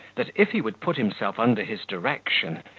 that, if he would put himself under his direction,